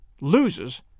loses